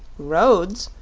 roads,